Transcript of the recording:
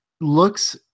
looks